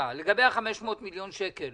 לגבי ה-500 מיליון שקל